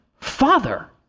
Father